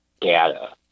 data